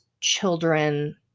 children